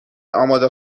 آماده